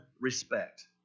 respect